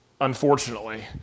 unfortunately